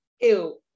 Ew